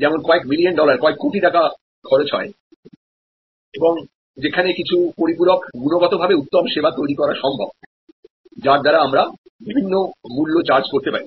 যেমন কয়েক million dollar কয়েক কোটি টাকা খরচ হয় এবং যেখানে কিছু পরিপূরক গুণগতভাবে উত্তম পরিষেবা তৈরি করা সম্ভব যার দ্বারা আমরা বিভিন্ন মূল্য চার্জ করতে পারি